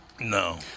No